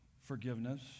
forgiveness